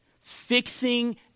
Fixing